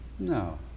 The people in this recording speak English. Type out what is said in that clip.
No